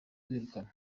kwirukanwa